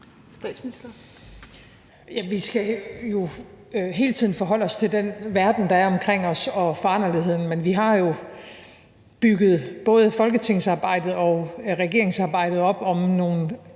Vi skal jo hele tiden forholde os til den verden, der er omkring os, og foranderligheden. Men vi har jo bygget både folketingsarbejdet og regeringsarbejdet op om nogle